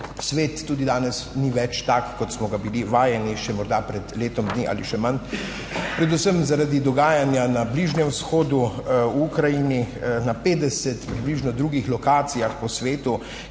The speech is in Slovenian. Svet tudi danes ni več tak, kot smo ga bili vajeni še morda pred letom dni ali še manj, predvsem zaradi dogajanja na Bližnjem vzhodu, v Ukrajini, na 50, približno, drugih lokacijah po svetu,